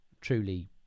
truly